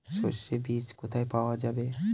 সর্ষে বিজ কোথায় পাওয়া যাবে?